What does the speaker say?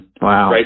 Wow